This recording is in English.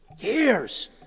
years